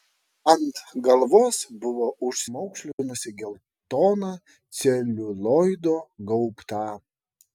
ant galvos buvo užsimaukšlinusi geltoną celiulioido gaubtą